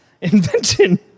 Invention